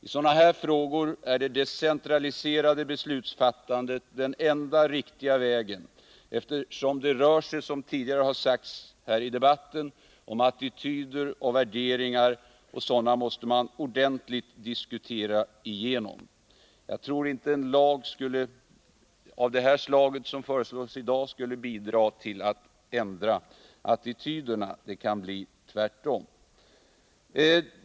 I sådana här frågor är det decentraliserade beslutsfattandet den enda riktiga vägen, eftersom det rör sig, som tidigare har sagts i den här debatten, om attityder och värderingar — och sådana måste man ordentligt diskutera genom. Jag tror inte att en lag av det slag som föreslås i dag skulle bidra till att ändra attityderna i önskad riktning. Det kan bli tvärtom.